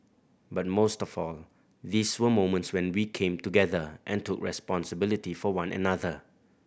but most of all these were moments when we came together and took responsibility for one another